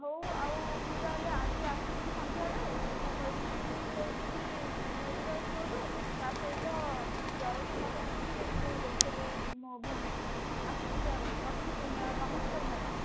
ହେଉ ଆଉ ମୁଁ ତାହେଲେ ଆଜି ଆସୁଛି ସନ୍ଧ୍ୟାରେ ମୋ' ମେଡ଼ିସିନ ବି ନେଇଯିବି ମେଡ଼ିକାଲ ଷ୍ଟୋରରୁ ତା ସହିତ ଜର ଥଣ୍ଡା ପାଇଁ ବି ମୁଁ ଦେଖେଇଦେବି ମୋ ଭଉଣୀକୁ ଆସୁଛି ତାହେଲେ ରଖୁଛି ନମସ୍କାର ମ୍ୟାଡ଼ାମ